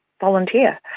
volunteer